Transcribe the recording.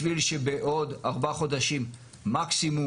בשביל שבעוד ארבעה חודשים מקסימום,